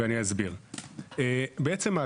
בעצם,